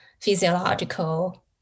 physiological